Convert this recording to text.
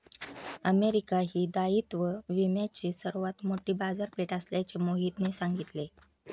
America ही दायित्व विम्याची सर्वात मोठी बाजारपेठ असल्याचे मोहितने सांगितले